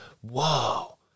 Whoa